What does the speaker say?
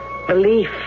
belief